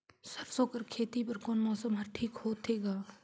सरसो कर खेती बर कोन मौसम हर ठीक होथे ग?